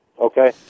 Okay